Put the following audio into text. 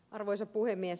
arvoisa puhemies